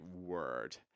word